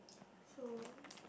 so